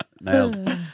Nailed